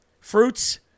Fruits